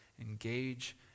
engage